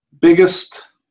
biggest